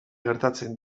gertatzen